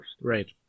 right